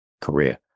career